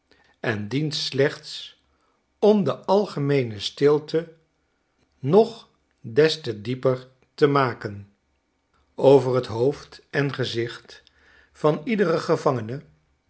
en dient slechts om de algemeene stilte nog des te dieper te maken over t hoofd en gezicht van iederen gevangene